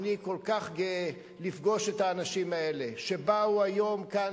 אני כל כך גאה לפגוש את האנשים האלה שבאו היום לכאן,